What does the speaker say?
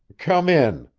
come in,